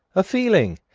a feeling.